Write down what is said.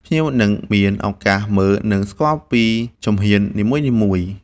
ភ្ញៀវនឹងមានឱកាសមើល និងស្គាល់ពីជំហាននីមួយៗ